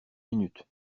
minutes